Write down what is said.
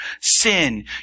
sin